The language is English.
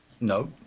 No